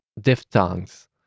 diphthongs